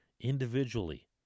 individually